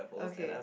okay